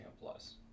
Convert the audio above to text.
Plus